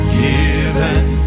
given